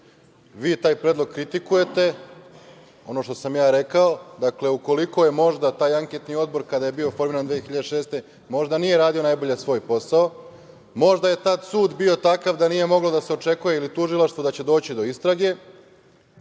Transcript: vi taj predlog kritikujete, ono što sam ja rekao – ukoliko možda taj anketni odbor kada je bio formiran 2006. godine možda nije radio najbolje svoj posao, možda je tada sud bio takav da nije moglo da se očekuje ili tužilaštvo da će doći do istrage,